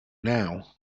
now